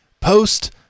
post